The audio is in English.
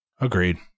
Agreed